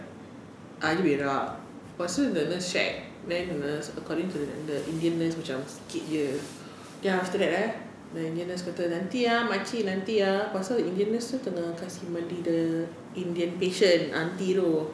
ah dia berak but so the nurse check then the nurse according to the indian nurse macam sikit saja then after that leh the indian nurse go tell the aunty nanti ah makcik nanti ah pasal the indian nurse itu tengah kasih mandi the indian patient aunty itu